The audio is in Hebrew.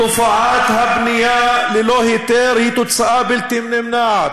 תופעת הבנייה ללא היתר היא תוצאה בלתי נמנעת